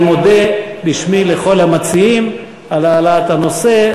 אני מודה בשמי לכל המציעים על העלאת הנושא,